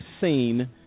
seen